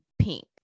pink